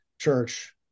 church